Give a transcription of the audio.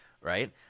right